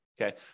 okay